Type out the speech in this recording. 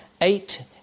eight